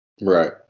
Right